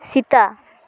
Sita